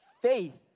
faith